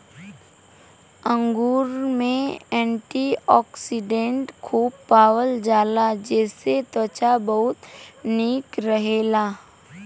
अंगूर में एंटीओक्सिडेंट खूब पावल जाला जेसे त्वचा बहुते निक रहेला